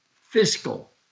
fiscal